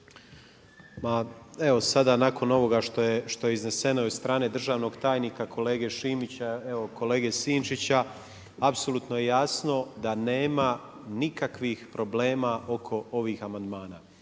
evo, sada nakon ovoga što je izneseno i od strane državnog tajnika, kolege Šimića, evo kolege Sinčića, apsolutno je jasno da nema nikakvih problema oko ovih amandmana.